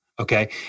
okay